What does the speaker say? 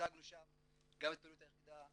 הצגנו שם גם את פעילות היחידה,